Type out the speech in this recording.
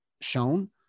shown